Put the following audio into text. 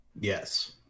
Yes